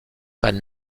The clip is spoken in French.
panne